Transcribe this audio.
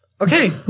Okay